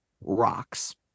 rocks